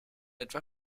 etwa